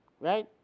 right